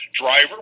driver